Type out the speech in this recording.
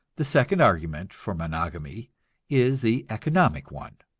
the second argument for monogamy is the economic one.